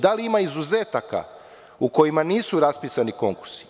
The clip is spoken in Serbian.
Da li ima izuzetaka u kojima nisu raspisani konkursi?